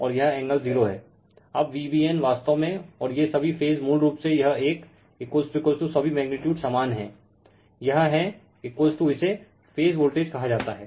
और यह एंगल 0 हैं अब Vbn वास्तव में और ये सभी फेज मूल रूप से यह एक सभी मैग्नीटयूड समान हैं यह हैं इसे फेज वोल्टेज कहा जाता है